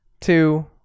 two